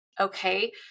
okay